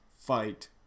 fight